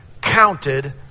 counted